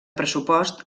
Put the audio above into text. pressupost